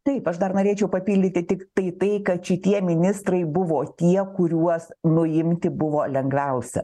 taip aš dar norėčiau papildyti tiktai tai kad šitie ministrai buvo tie kuriuos nuimti buvo lengviausia